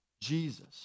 jesus